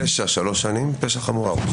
פשע שלוש שנים, פשע חמור ארבע שנים.